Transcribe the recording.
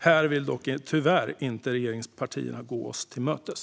Här vill dock regeringspartierna tyvärr inte gå oss till mötes.